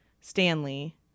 Stanley